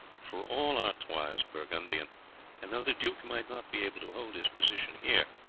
for all artois is burgundian and though the duke might not be able to hold his position here,